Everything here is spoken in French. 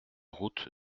route